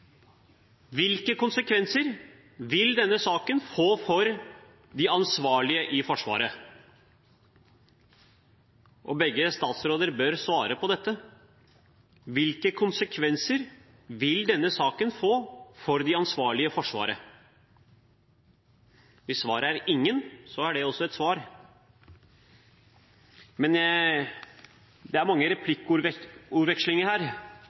Hvilke konsekvenser vil denne saken få for de ansvarlige i Forsvaret? Begge statsråder bør svare på dette: Hvilke konsekvenser vil denne saken få for de ansvarlige i Forsvaret? Hvis svaret er ingen konsekvenser, er det også et svar. Men det er mange replikkordvekslinger her,